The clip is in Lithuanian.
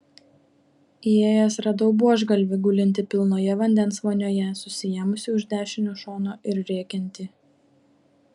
įėjęs radau buožgalvį gulintį pilnoje vandens vonioje susiėmusį už dešinio šono ir rėkiantį